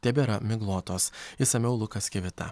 tebėra miglotos išsamiau lukas kivita